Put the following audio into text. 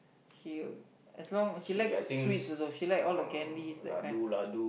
she as long she likes sweets also she like all the candies that kind